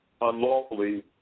unlawfully